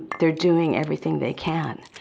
they're doing everything they can.